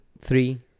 three